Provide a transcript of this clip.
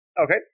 Okay